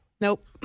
Nope